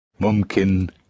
Mumkin